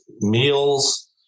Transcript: meals